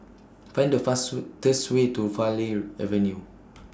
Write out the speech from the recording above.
Find The Way to Farleigh Avenue